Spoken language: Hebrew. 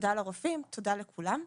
תודה לרופאים, תודה לכולם.